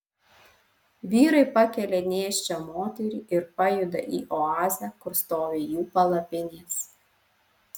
vyrai pakelia nėščią moterį ir pajuda į oazę kur stovi jų palapinės